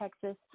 Texas